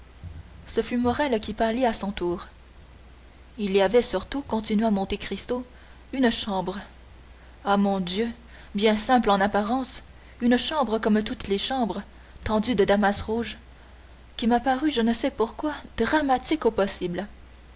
ce fut morrel qui pâlit à son tour il y avait surtout continua monte cristo une chambre ah mon dieu bien simple en apparence une chambre comme toutes les chambres tendue de damas rouge qui m'a paru je ne sais pourquoi dramatique au possible